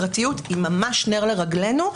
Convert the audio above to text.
הפרטיות היא ממש נר לרגלנו,